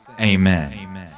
Amen